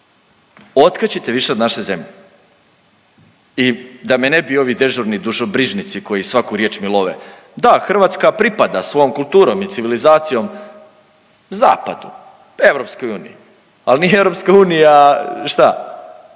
Otkačite više od naše zemlje i da me ne bi ovi dežurni dušebrižnici koji svaku riječ mi love. Da Hrvatska pripada svojom kulturom i civilizacijom zapadu, EU, ali nije EU, šta